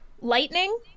Lightning